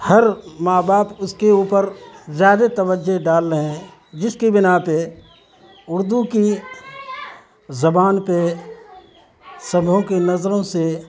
ہر ماں باپ اس کے اوپر زیادہ توجہ ڈال رہے ہیں جس کی بنا پہ اردو کی زبان پہ سبھی کی نظروں سے